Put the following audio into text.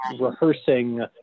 rehearsing